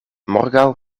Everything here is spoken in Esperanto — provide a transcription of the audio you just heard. morgaŭ